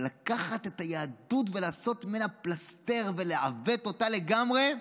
אבל לקחת את היהדות ולעשות אותה פלסתר ולעוות אותה לגמרי,